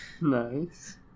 Nice